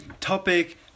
topic